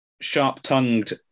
sharp-tongued